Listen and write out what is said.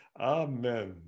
Amen